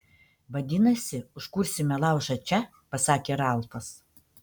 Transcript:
vadinasi užkursime laužą čia pasakė ralfas